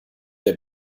der